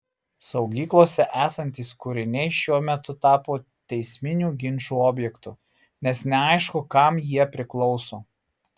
saugyklose esantys kūriniai šiuo metu tapo teisminių ginčų objektu nes neaišku kam jie priklauso